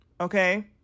Okay